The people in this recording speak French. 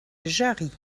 jarrie